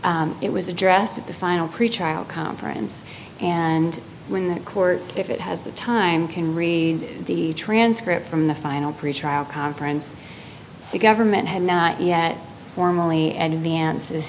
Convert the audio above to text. it was addressed at the final pretrial conference and when that court if it has the time can read the transcript from the final pretrial conference the government had not yet formally and advances